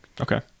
Okay